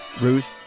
Ruth